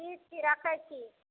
ठीक छी राखैत छी